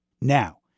Now